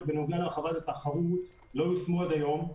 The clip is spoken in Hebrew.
בנוגע להרחבת התחרות לא יושמו עד היום.